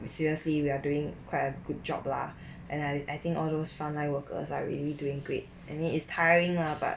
we seriously we are doing quite a good job lah and I I think all those frontline workers are really doing great I mean is tiring lah but